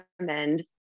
recommend